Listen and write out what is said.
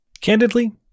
Candidly